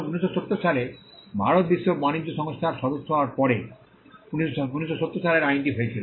1970 সালে ভারত বিশ্ব বাণিজ্য সংস্থার সদস্য হওয়ার পরে 1970 সালের আইনটি হয়েছিল